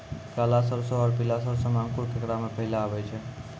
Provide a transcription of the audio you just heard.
काला सरसो और पीला सरसो मे अंकुर केकरा मे पहले आबै छै?